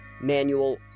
Manual